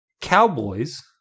cowboys